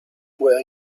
where